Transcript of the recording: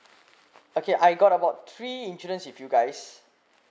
okay I got about three insurance with you guys